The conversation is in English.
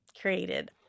Created